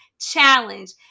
Challenge